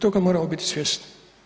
Toga moramo biti svjesni.